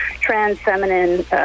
trans-feminine